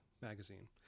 magazine